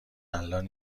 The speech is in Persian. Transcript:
الان